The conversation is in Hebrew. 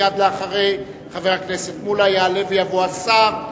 מייד לאחרי חבר הכנסת מולה יעלה ויבוא השר,